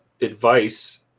advice